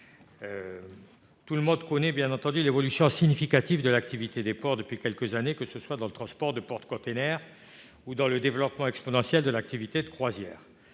ports. Chacun connaît l'évolution significative de l'activité des ports depuis quelques années, que ce soit dans le transport de porte-conteneurs ou dans le développement exponentiel de l'activité de croisière.